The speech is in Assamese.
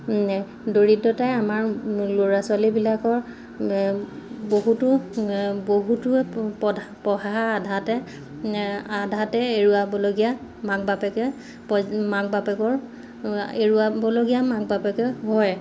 দৰিদ্ৰতাই আমাৰ ল'ৰা ছোৱালীবিলাকৰ বহুতো বহুতো পধা পঢ়া আধাতে আধাতে এৰুৱাবলগীয়া মাক বাপেকে প মাক বাপেকৰ এৰুৱাবলগীয়া মাক বাপেকে হয়